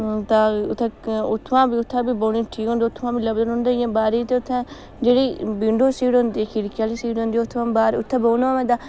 तां उत्थें इक उत्थुआं बी उत्थें बी बौह्ने गी ठीक होंदी ऐ उत्थुआं बी लभदी रौंह्दी ऐ इयां बारी ते उत्थें जेह्ड़ी विंडो सीट होंदी खिड़की आह्ली सीट होंदी उत्थुआं बाह्र उत्थै बौह्ना होना बंदा